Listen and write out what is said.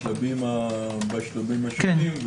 בשלבים השונים.